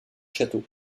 château